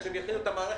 עד שהם יכינו את המערכת,